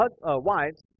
wives